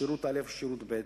או לעשות שירות א' או שירות ב',